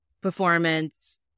performance